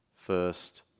first